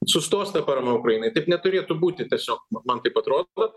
sustos ta parama ukrainai taip neturėtų būti tiesiog man taip atrodo